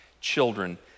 children